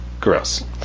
Gross